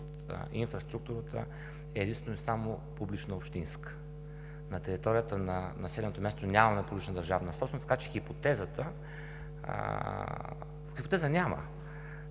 инфраструктурата е единствено и само публично-общинска. На територията на населеното място нямаме публична държавна собственост, така че хипотеза няма.